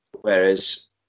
whereas